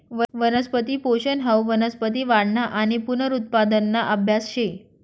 वनस्पती पोषन हाऊ वनस्पती वाढना आणि पुनरुत्पादना आभ्यास शे